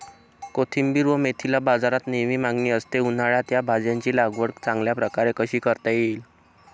कोथिंबिर व मेथीला बाजारात नेहमी मागणी असते, उन्हाळ्यात या भाज्यांची लागवड चांगल्या प्रकारे कशी करता येईल?